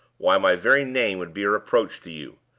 why, my very name would be a reproach to you.